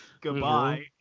Goodbye